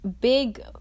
big